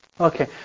Okay